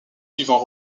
suivant